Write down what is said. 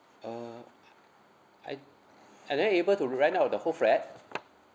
uh I am I able to rent out the whole flat